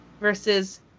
versus